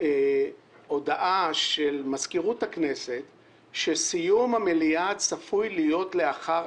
יוצאת הודעה של מזכירות הכנסת שסיום המליאה צפוי להיות אחרי